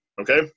Okay